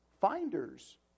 finders